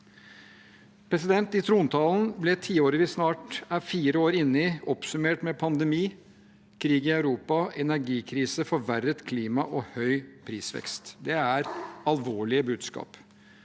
ødeleggende. I trontalen ble tiåret vi snart er fire år inne i, oppsummert med pandemi, krig i Europa, energikrise, forverret klima og høy prisvekst. Det er alvorlige budskap.